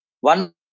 One